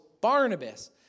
Barnabas